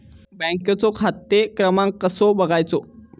बँकेचो खाते क्रमांक कसो बगायचो?